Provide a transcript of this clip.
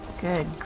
Good